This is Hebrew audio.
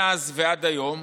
מאז ועד היום,